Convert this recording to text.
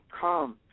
come